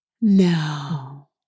No